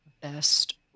best